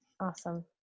Awesome